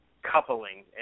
Coupling